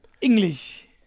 English